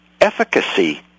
efficacy